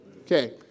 Okay